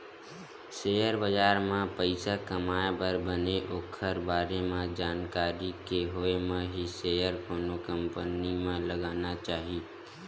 share बजार म पइसा कमाए बर बने ओखर बारे म जानकारी के होय म ही सेयर कोनो कंपनी म लगाना चाही